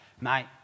mate